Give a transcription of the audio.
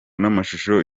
n’amashusho